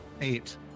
eight